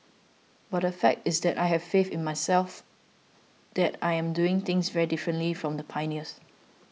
but the fact is that I have faith in myself that I am doing things very differently from the pioneers